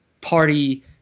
party